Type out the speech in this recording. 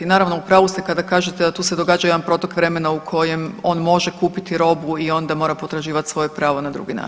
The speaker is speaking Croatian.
Naravno u pravu ste kada kažete da tu se događa jedan protok vremena u kojem on može kupiti robu i onda mora potraživati svoje pravo na drugi način.